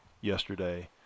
yesterday